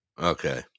Okay